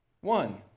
One